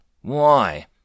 Why